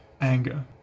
anger